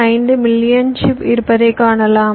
5 million chip இருப்பதை காணலாம்